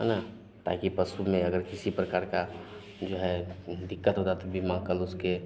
है ना ताकि पशु में अगर किसी प्रकार की जो है उंह दिक़्क़त होती तो बीमा कर दो उनके